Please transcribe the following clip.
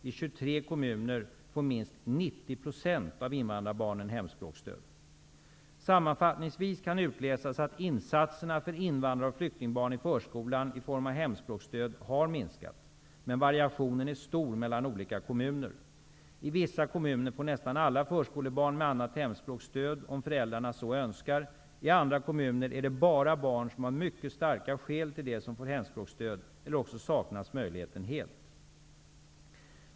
I 23 kommuner får minst 90 % av invandrarbarnen hemspråksstöd. Sammanfattningsvis kan utläsas att insatserna för invandrar och flyktingbarn i förskolan i form av hemspråksstöd har minskat. Variationen är stor mellan olika kommuner. I vissa kommuner får nästan alla förskolebarn med annat hemspråk stöd om föräldrarna så önskar. I andra kommuner är det bara barn som har mycket starka skäl till det som får hemspråksstöd eller också saknas möjligheten helt.